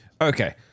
Okay